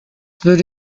würde